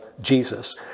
Jesus